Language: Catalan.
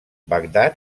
bagdad